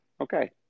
Okay